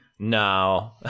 No